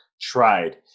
tried